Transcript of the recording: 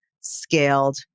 scaled